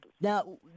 now